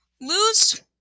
lose